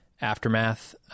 aftermath